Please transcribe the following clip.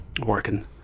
working